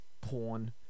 porn